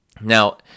Now